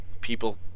people